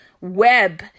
web